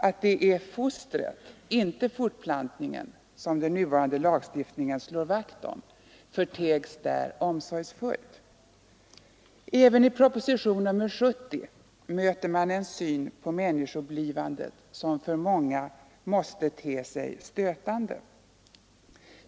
Att det är fostret — inte fortplantningen — som den nuvarande lagstiftningen slår vakt om förtegs där omsorgsfullt. Även i propositionen nr 70 möter man en syn på människoblivandet som för många måste te sig stötande.